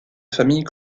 famille